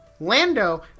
Lando